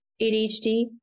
ADHD